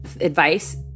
advice